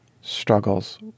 struggles